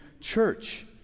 church